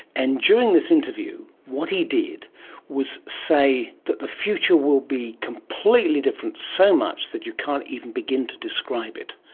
and during this interview what he did was say that the future will be completely different, so much that you can't even begin to describe it.